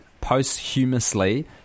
posthumously